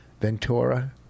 Ventura